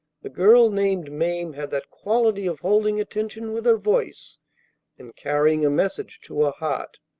the girl named mame had that quality of holding attention with her voice and carrying a message to a heart.